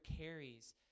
carries